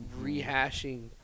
rehashing